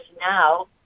now